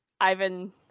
ivan